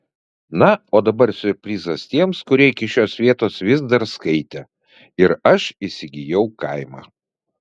na o dabar siurprizas tiems kurie iki šios vietos vis dar skaitė ir aš įsigijau kaimą